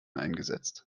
eingesetzt